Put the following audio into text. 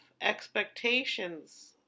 expectations